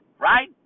right